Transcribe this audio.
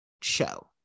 show